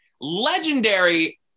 legendary